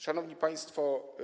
Szanowni Państwo!